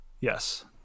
Yes